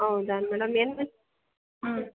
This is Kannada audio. ಹೌದಾ ಮೇಡಮ್ ಏನು ಬಿ ಹ್ಞೂ